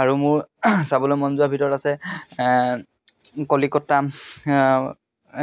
আৰু মোৰ চাবলৈ মন যোৱাৰ ভিতৰত আছে কলিকতা